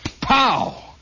pow